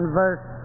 verse